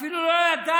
אפילו לא ידעתי